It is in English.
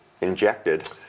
injected